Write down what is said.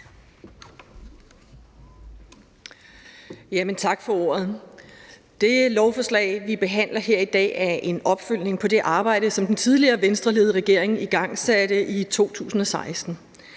Tak for ordet. Det lovforslag, vi behandler her i dag, er en opfølgning på det arbejde, som den tidligere Venstreledede regering igangsatte i 2016.